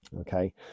okay